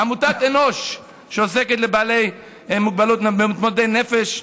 עמותת "אנוש" שעוסקת בבעלי מוגבלות ומתמודדי נפש,